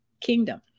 kingdom